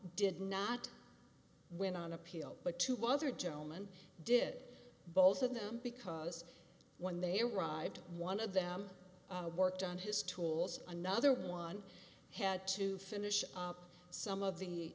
did not win on appeal but two other gentleman did both of them because when they arrived one of them worked on his tools another one had to finish some of the